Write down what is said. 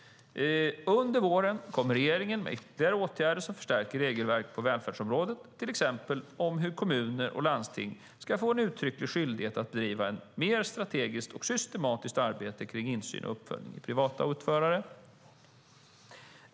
Under våren kommer regeringen med ytterligare åtgärder som förstärker regelverk på välfärdsområdet, till exempel om hur kommuner och landsting ska få en uttrycklig skyldighet att bedriva ett mer strategiskt och systematiskt arbete kring insyn i och uppföljning av privata utförare.